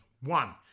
One